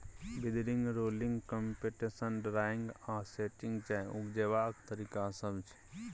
withering, rolling, fermentation, drying आ sorting चाय उपजेबाक तरीका सब छै